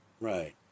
Right